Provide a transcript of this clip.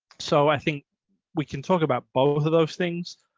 so, i think we can talk about both of those things,